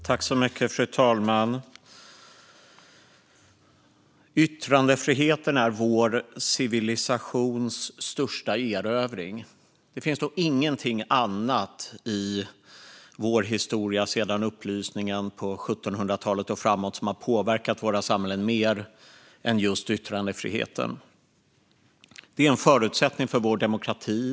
Fru talman! Yttrandefriheten är vår civilisations största erövring. Det finns nog ingenting annat i vår historia sedan upplysningen på 1700-talet och framåt som har påverkat våra samhällen mer än just yttrandefriheten. Den är en förutsättning för vår demokrati.